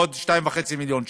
בעוד 2.5 מיליון שקל.